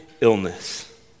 illness